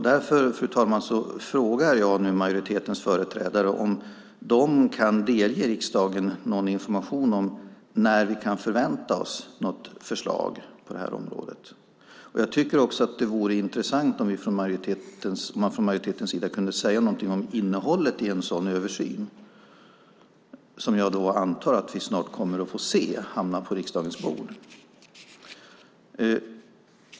Därför, fru talman, frågar jag majoritetens företrädare om man kan delge riksdagen någon information om när vi kan förvänta oss ett förslag på detta område. Det vore också intressant om man från majoritetens sida kunde säga något om innehållet i en sådan översyn som jag antar att vi snart kommer att få på riksdagens bord.